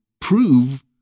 prove